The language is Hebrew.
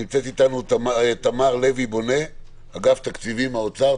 נמצאת איתנו תמר לוי בונה מאגף תקציבים מהאוצר.